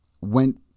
went